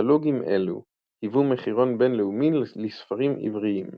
קטלוגים אלו היוו מחירון בינלאומי לספרים עבריים.